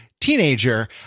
teenager